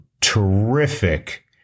terrific